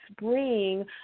spring